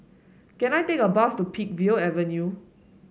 can I take a bus to Peakville Avenue